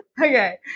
Okay